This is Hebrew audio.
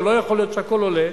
הרי לא יכול להיות שהכול עולה,